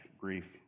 grief